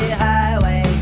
highway